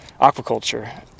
aquaculture